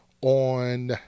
on